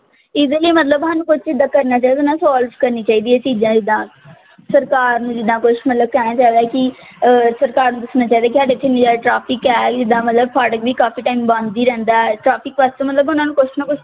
ਇਹਦੇ ਲਈ ਮਤਲਬ ਸਾਨੂੰ ਕੁਝ ਇੱਦਾਂ ਕਰਨਾ ਚਾਹੀਦਾ ਨਾ ਸੋਲਵ ਕਰਨੀ ਚਾਹੀਦੀ ਹੈ ਇਹ ਚੀਜ਼ਾਂ ਜਿੱਦਾਂ ਸਰਕਾਰ ਨੂੰ ਜਿੱਦਾਂ ਕੁਛ ਮਤਲਬ ਕਹਿਣਾ ਚਾਹੀਦਾ ਕਿ ਸਰਕਾਰ ਨੂੰ ਦੱਸਣਾ ਚਾਹੀਦਾ ਕਿ ਸਾਡੇ ਇੱਥੇ ਇੰਨੀ ਜ਼ਿਆਦਾ ਟਰੈਫਿਕ ਹੈ ਜਿੱਦਾਂ ਮਤਲਬ ਫਾਟਕ ਵੀ ਕਾਫੀ ਟਾਈਮ ਬੰਦ ਹੀ ਰਹਿੰਦਾ ਟਰੈਫਿਕ ਵਾਸਤੇ ਮਤਲਬ ਉਹਨਾਂ ਨੂੰ ਕੁਛ ਨਾ ਕੁਛ